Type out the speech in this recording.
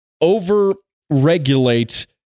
over-regulate